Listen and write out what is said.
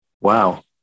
Wow